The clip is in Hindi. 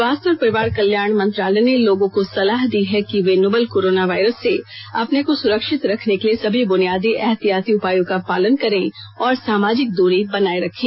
स्वास्थ्य और परिवार कल्याण मंत्रालय ने लोगों को सलाह दी है कि वे नोवल कोरोना वायरस से अपने को सुरक्षित रखने के लिए सभी बुनियादी एहतियाती उपायों का पालन करें और सामाजिक दूरी बनाए रखें